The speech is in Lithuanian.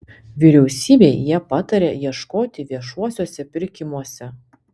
vyriausybei jie pataria ieškoti viešuosiuose pirkimuose